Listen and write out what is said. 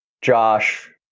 Josh